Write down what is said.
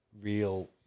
real